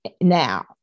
now